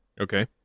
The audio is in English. Okay